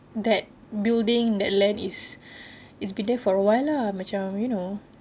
that building that land is is been there for a while lah macam you know